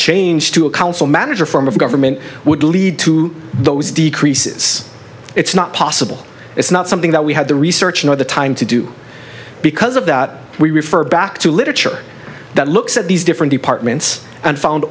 change to a council manager form of government would lead to those decreases it's not possible it's not something that we had the research nor the time to do because of that we refer back to literature that looks at these different departments and found